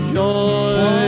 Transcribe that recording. joy